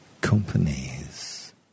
companies